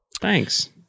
thanks